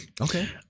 Okay